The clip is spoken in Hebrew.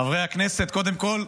חברי הכנסת, קודם כול,